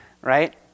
right